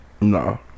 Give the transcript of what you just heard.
No